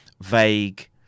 vague